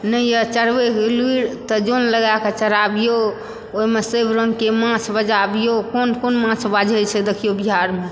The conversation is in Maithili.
नइ यऽ चढ़बैकऽ लुरि तऽ जन लगैकऽ चढ़ाबिऔ ओहिमे सभ रङ्गकऽ माछ बझबिऔ कोन कोन माछ बाझै छै देखियौ बिहारमे